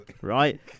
Right